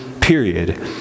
period